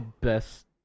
best